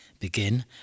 Begin